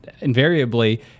invariably